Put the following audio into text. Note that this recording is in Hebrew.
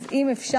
אז אם אפשר,